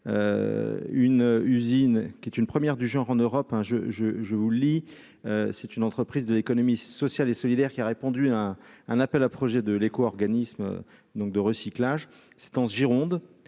une usine qui est une première du genre en Europe, hein, je, je, je vous lis, c'est une entreprise de l'économie sociale et solidaire, qui a répondu à un appel à projets de l'éco-organisme donc de recyclage, c'est en Gironde,